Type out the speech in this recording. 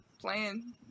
playing